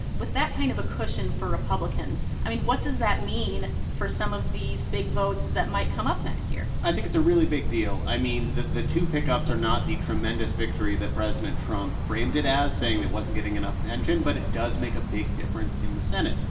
with that kind of a cushion for republicans, i mean, what does that mean for some of these big votes that might come up next year? i think it's a really big deal. i mean, the the two pickups are not the tremendous victory that president trump framed it as, saying it wasn't getting enough attention, but it does make a big difference in the senate.